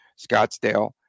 Scottsdale